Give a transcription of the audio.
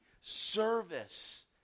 service